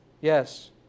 Yes